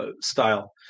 style